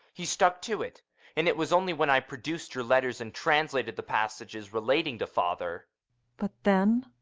he stuck to it and it was only when i produced your letters and translated the passages relating to father but then?